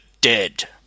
dead